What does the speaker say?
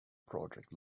project